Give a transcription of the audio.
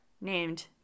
named